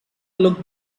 look